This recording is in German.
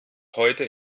heute